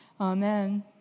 amen